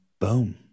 Boom